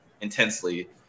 intensely